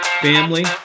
family